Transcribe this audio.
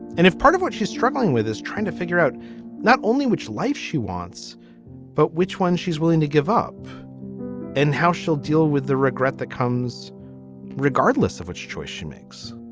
and if part of what she's struggling with is trying to figure out not only which life she wants but which one she's willing to give up and how she'll deal with the regret that comes regardless of which choice she makes